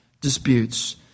disputes